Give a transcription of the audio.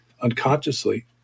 unconsciously